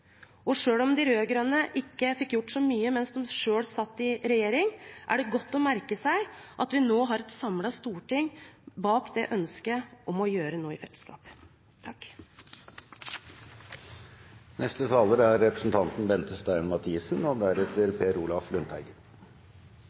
Og selv om de rød-grønne ikke fikk gjort så mye mens de selv satt i regjering, er det godt å merke seg at vi nå har et samlet storting bak ønsket om å gjøre noe i fellesskap. Forslagsstillerne har tatt opp en veldig viktig sak. Vold og